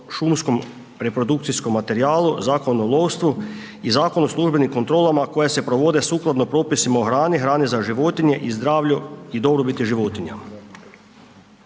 šumskom reprodukcijskom materijalu, Zakon o lovstvu i Zakon o službenim kontrolama koje se provode sukladno propisima o hrani, hrani za životinje i zdravlju i dobrobiti životinja.